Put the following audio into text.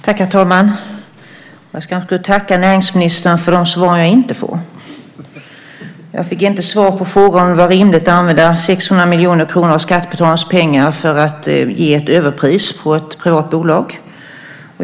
Herr talman! Jag kanske ska tacka näringsministern för de svar jag inte får. Jag fick inte svar på frågan om det var rimligt att använda 600 miljoner kronor av skattebetalarnas pengar för att ge ett överpris på ett privat bolag.